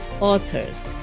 authors